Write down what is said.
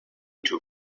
two